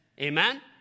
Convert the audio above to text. Amen